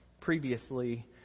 Previously